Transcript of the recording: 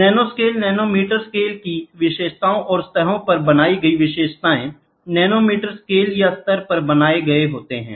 nanoscale nanometre scale की विशेषताओं और सतहों पर बनाई गई विशेषताएं नैनोमीटर स्केल या स्तर पर बनाए गए होते हैं